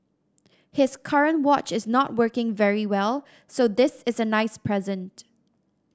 his current watch is not working very well so this is a nice present